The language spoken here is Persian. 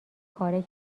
پاره